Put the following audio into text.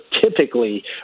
typically